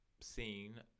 Seen